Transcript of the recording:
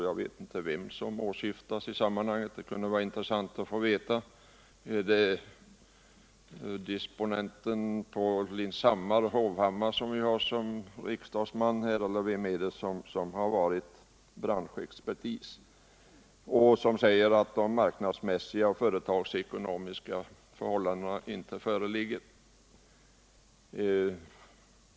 Jag vet inte vem som åsyftas i det sammanhanget men det kunde vara intressant att få veta det. Är det disponenten på Lindshammars glasbruk, riksdagsmannen Erik Hovhammar, eller vem är det som har varit branschexpertis och sagt att de marknadsmässiga och företagsekonomiska förhållandena inte föreligger?